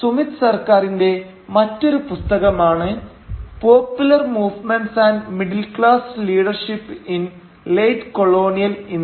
സുമിത് സർക്കാരിന്റെ മറ്റൊരു പുസ്തകമാണ് popular movements and middle class leadership in late colonial India "Popular" Movements and "Middle Class" Leadership in Late Colonial India